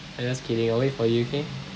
I just kidding I wait for you okay